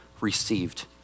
received